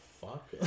fuck